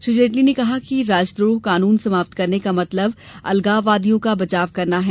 श्री जेटली ने कहा कि राजद्रोह कानून समाप्त करने का मतलब अलगाव वादियों का बचाव करना है